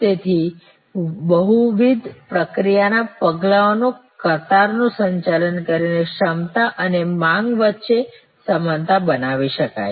તેથી બહુવિધ પ્રક્રિયાના પગલાઓનું કતારોનું સંચાલન કરીને ક્ષમતા અને માંગ વચ્ચે સમાનતા બનાવી શકાય